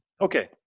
Okay